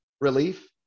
relief